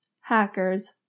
hackers